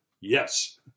yes